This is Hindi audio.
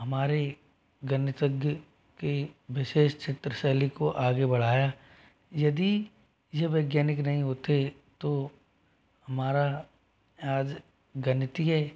हमारे गणितज्ञ की विशेष चित्र शैली को आगे बढ़ाया यदि ये वैज्ञानिक नहीं होते तो हमारा आज गणितीय